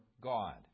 God